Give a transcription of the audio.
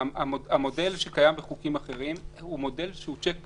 המודל שקיים בחוקים אחרים הוא מודל של צ'ק פתוח.